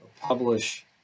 publish